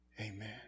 amen